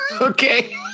Okay